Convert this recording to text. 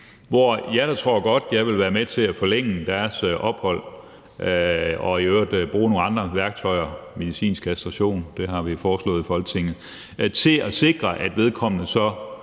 Jeg tror godt, jeg vil være med til at forlænge deres ophold og i øvrigt bruge nogle andre værktøjer, medicinsk kastration, som vi har foreslået i Folketinget, til at sikre, at vedkommende så